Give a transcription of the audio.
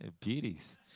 Beauties